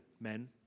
men